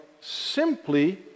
simply